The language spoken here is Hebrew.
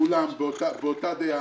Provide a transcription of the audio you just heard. כולם באותה דעה.